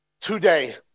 Today